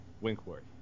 Winkworth